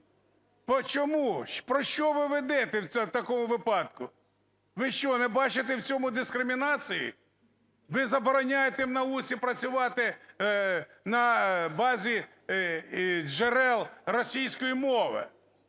Чому? Про що ви ведете в такому випадку? Ви що, не бачите в цьому дискримінації? Ви забороняєте в науці працювати на базі джерел російської мови.